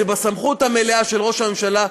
זה בסמכות המלאה של ראש הממשלה,